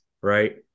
right